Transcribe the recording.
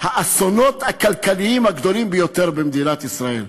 האסונות הכלכליים הגדולים ביותר במדינת ישראל.